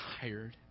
tired